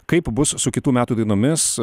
kaip bus su kitų metų dainomis